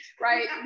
right